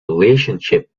relationship